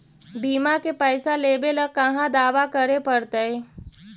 बिमा के पैसा लेबे ल कहा दावा करे पड़तै?